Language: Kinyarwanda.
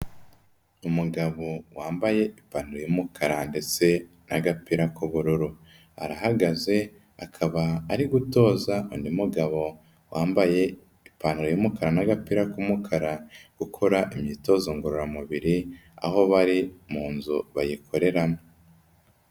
Umugabo wambaye ipantaro y'umukara ndetse n'agapira k'ubururu, arahagaze sakaba ari gutoza undi mugabo wambaye ipantaro y'umukara n'agapira k'umukara gukora imyitozo ngororamubiri, aho bari mu nzu bayikoreramo.